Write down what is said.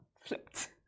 flipped